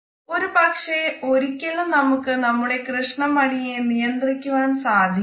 ഒരു പക്ഷെ ഒരിക്കലും നമുക്ക് നമ്മുടെ കൃഷ്ണമണിയെ നിയന്ത്രിക്കുവാൻ സാധിക്കില്ല